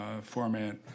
format